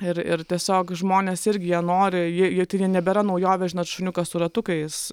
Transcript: ir ir tiesiog žmonės irgi jie nori jie tai jau nebėra naujovė žinot šuniuką su ratukais